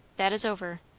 that is over.